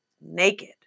naked